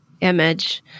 image